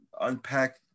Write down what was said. unpack